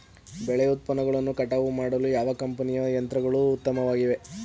ಬೆಳೆ ಉತ್ಪನ್ನಗಳನ್ನು ಕಟಾವು ಮಾಡಲು ಯಾವ ಕಂಪನಿಯ ಯಂತ್ರಗಳು ಉತ್ತಮವಾಗಿವೆ?